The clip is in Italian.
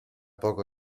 poco